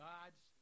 God's